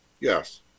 Yes